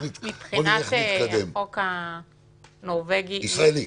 מבחינת החוק הנורבגי --- ישראלי.